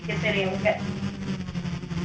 ٹھیک ہے چلیے اوکے